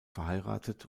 verheiratet